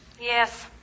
Yes